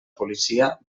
policia